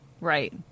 Right